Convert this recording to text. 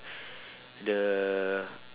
the